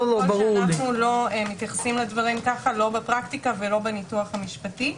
שאנו לא מתייחסים לדברים כך לא בפרקטיקה ולא בניתוח המשפטי.